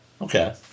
Okay